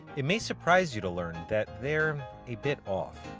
it may surprise you to learn that they're a bit off.